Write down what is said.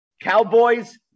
Cowboys